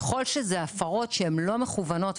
ככל שזה הפרות שהן לא מכוונות,